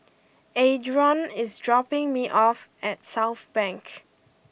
Adron is dropping me off at Southbank